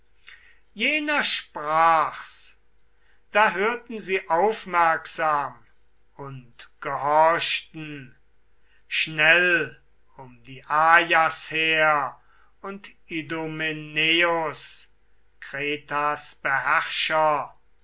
jener sprach's da hörten sie aufmerksam und gehorchten schnell um die ajas her und idomeneus kretas beherrscher